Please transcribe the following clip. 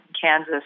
Kansas